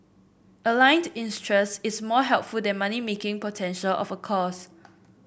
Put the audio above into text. aligned interest is more helpful than money making potential of a course